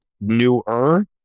newer